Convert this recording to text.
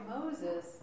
Moses